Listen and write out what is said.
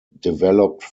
developed